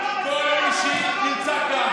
אתה מביא את חוק, לכנסת.